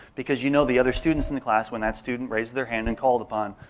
because you know the other students in the class, when that student raises their hand and calls upon,